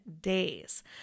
days